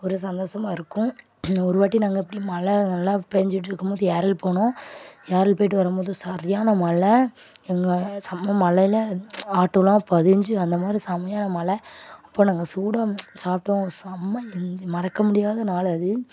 ஒரு சந்தோஷமா இருக்கும் ஒரு வாட்டி நாங்கள் அப்படி மழை நல்லா பேஞ்சுட்டு இருக்கும் போது ஏரல் போனோம் ஏரல் போயிட்டு வரும் போது சரியான மழை எங்கே செமை மழைல ஆட்டோவெலாம் பொதஞ்சு அந்த மாதிரி செமையாக மழை அப்போது நாங்கள் சூடாக சாப்பிட்டோம் செமை என்ஜாய் மறக்க முடியாத நாள் அது